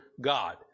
God